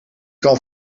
kan